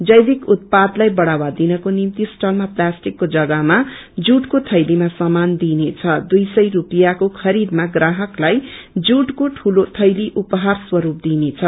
जैविक उतपादलाई कढ़ावा दिनको निम्ति स्टलमा प्लाष्टिक को र्जगामा जुटको थैलीमा समान दिइनेछ दुई सय स्पियाँको खरीदामा प्राहकलाई जुटको ठूलो थैली उपहार स्वस्प दिइनेछ